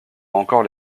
encore